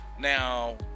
Now